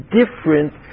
different